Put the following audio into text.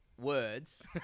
words